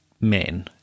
men